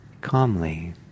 calmly